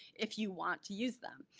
if you want to use them.